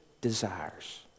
desires